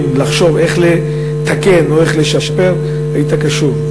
לחשוב איך לתקן או איך לשפר היית קשוב.